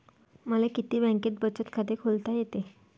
मले किती बँकेत बचत खात खोलता येते?